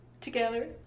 together